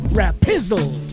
rapizzle